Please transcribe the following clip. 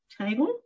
table